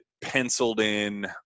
penciled-in